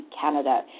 Canada